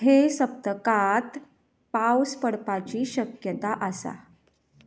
हे सप्तकांत पावस पडपाची शक्यता आसा